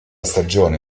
stagione